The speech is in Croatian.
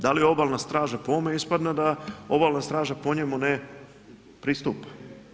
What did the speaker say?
Da li obalna straža, po ovome ispada da obalna straža po njemu ne pristupe.